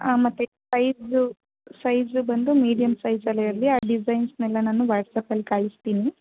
ಮತ್ತು size size ಬಂದು medium ಸೈಜಲ್ಲೆ ಇರಲಿ ಆ ಡಿಸೈನ್ಸ್ನೆಲ್ಲ ನಾನು ವಾಟ್ಸ್ಆ್ಯಪಲ್ಲಿ ಕಳಿಸ್ತೀನಿ